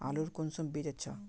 आलूर कुंसम बीज अच्छा?